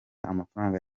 amafaranga